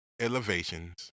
elevations